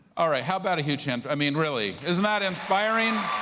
all right, how about a huge hand, i mean, really, isn't that inspiring?